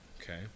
Okay